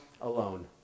alone